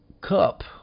cup